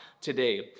today